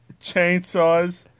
chainsaws